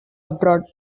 abroad